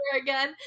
again